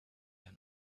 than